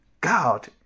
God